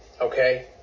Okay